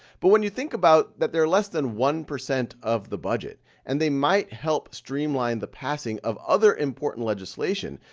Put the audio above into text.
but when you think about that they're less than one percent of the budget, and they might help streamline the passing of other important legislation,